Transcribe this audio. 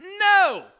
no